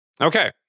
Okay